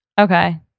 okay